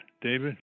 David